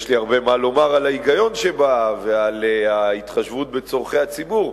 יש לי הרבה מה לומר על ההיגיון שבה ועל ההתחשבות בצורכי הציבור,